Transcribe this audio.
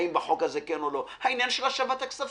האם בחוק הזה או לא בחוק הזה, בעניין השבת הכספים.